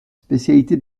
spécialité